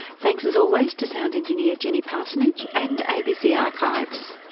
thanks as always to sound engineer jenny parsonage and abc archives.